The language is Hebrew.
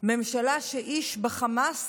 ממשלה שאיש בחמאס